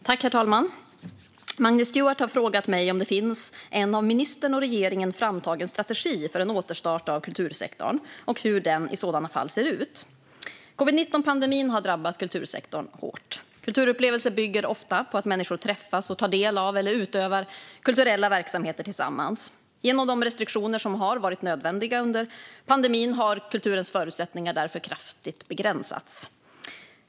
Herr talman! Magnus Stuart har frågat mig om det finns en av ministern och regeringen framtagen strategi för en återstart av kultursektorn och hur ser den i så fall ut. Covid-19-pandemin har drabbat kultursektorn hårt. Kulturupplevelser bygger ofta på att människor träffas och tar del av eller utövar kulturella verksamheter tillsammans. Genom de restriktioner som har varit nödvändiga under pandemin har kulturens förutsättningar därför kraftigt begränsats.